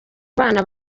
abana